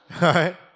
Right